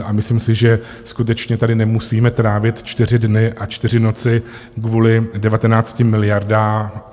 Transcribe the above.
A myslím si, že skutečně tady nemusíme trávit čtyři dny a čtyři noci kvůli 19 miliardám.